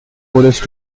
police